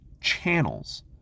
channels